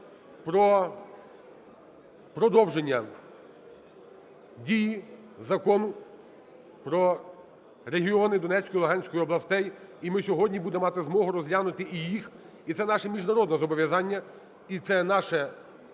про продовження дії Закону про регіони Донецької і Луганської областей, і ми сьогодні будемо мати змогу розглянути і їх. І це наше міжнародне зобов'язання, і це наше